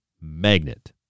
magnet